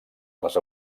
les